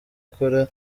akora